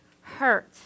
hurt